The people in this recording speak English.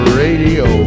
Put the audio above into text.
radio